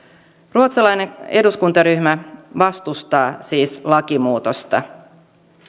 ruotsalainen eduskuntaryhmä vastustaa siis lakimuutosta